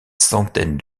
centaines